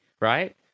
right